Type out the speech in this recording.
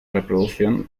reproducción